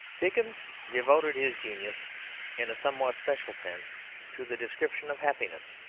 dickens devoted his genius in a somewhat special sense to the description of happiness.